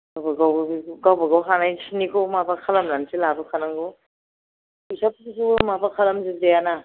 गाबागाव गाबागाव हानायखिनिखौ माबा खालामनानैसो लाबोखा नांगौ फैसाफोरखौथ' माबा खालामजोब जाया ना